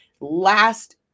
last